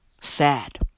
Sad